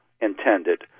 intended